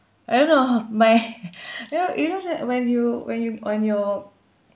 I don't know my you know you know that when you when you on your